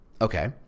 Okay